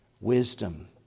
wisdom